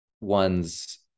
one's